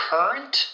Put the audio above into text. Current